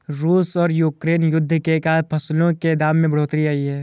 रूस और यूक्रेन युद्ध के कारण फसलों के दाम में बढ़ोतरी आई है